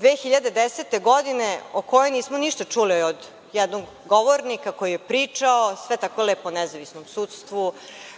2010. godine, o kojoj nismo ništa čuli od jednog govornika koji je pričao sve tako lepo o nezavisnom sudstvu,